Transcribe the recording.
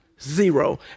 zero